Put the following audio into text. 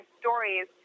stories